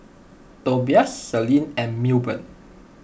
Tobias Selene and Milburn